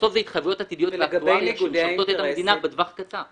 בסוף אלה התחייבויות עתידיות ואקטואריה שמשרתות את המדינה בטווח הקצר.